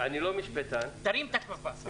תרים את הכפפה.